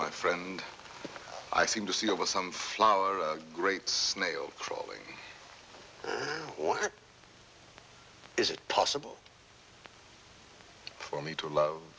my friend i seem to see over some flower a great snail crawling or is it possible for me to love